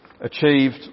achieved